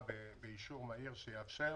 באישור מהיר, שיאפשר